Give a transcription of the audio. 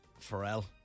Pharrell